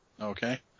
Okay